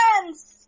friends